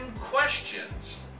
questions